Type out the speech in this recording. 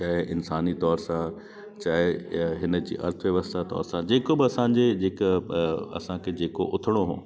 चाहे इन्सानी तौर सां चाहे हिनजी अर्थव्यवस्था तौर सां जेको बि असांजे जेका असांखे जेको उथणो हो